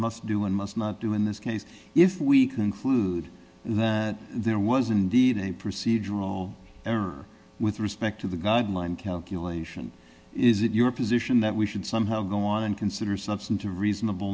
must do and must not do in this case if we conclude that there was indeed a procedural error with respect to the guideline calculation is it your position that we should somehow go on and consider substantive reasonable